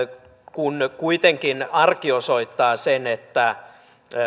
kun kuitenkin arki osoittaa sen että